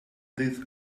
this